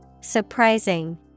Surprising